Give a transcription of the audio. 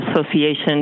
association